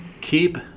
keep